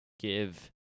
give